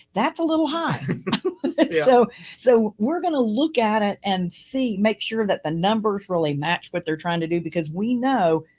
that's a little high so so we're going to look at it and see, make sure that the numbers really matched what they're trying to do, because we know.